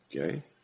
Okay